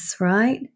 right